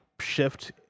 shift